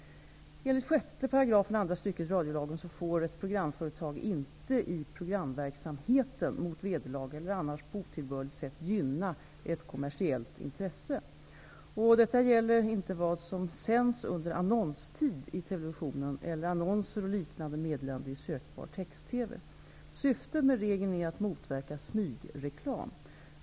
Enligt 6 § andra stycket radiolagen får ett programföretag inte i programverksamheten mot vederlag eller annars på ett otillbörligt sätt gynna ett kommersiellt intresse. Detta gäller inte vad som sänds under annonstid i televisionen eller annonser och liknande meddelanden i sökbar text-TV. Syftet med regeln är att motverka smygreklam.